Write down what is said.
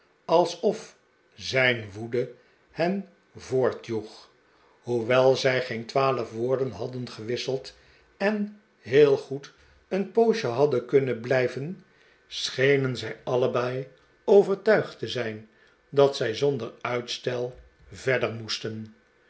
alsof zijn woede hen voortjoeg hoewel zij geen twaalf woorden hadden gewisseld en heel goed een poosje hadden kunnen blijven schenen zij allebei overtuigd te zijn dat zij zonder uitstel verder moesten